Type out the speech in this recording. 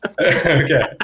Okay